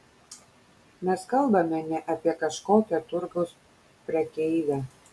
mes kalbame ne apie kažkokią turgaus prekeivę